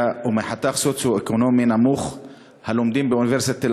ומחתך סוציו-אקונומי נמוך הלומדים באוניברסיטת תל-אביב.